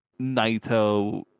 Naito